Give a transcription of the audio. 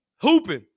hooping